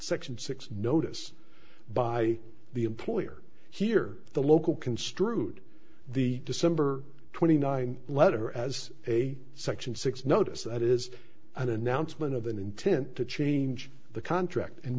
section six notice by the employer here the local construed the december twenty nine letter as a section six notice that is an announcement of an intent to change the contract